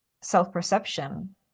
self-perception